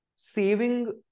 saving